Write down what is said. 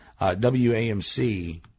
WAMC